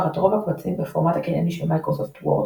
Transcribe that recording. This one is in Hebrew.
את רוב הקבצים בפורמט הקנייני של מיקרוסופט וורד,